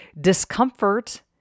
discomfort